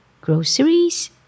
groceries